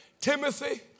Timothy